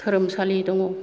धोरोमसालि दङ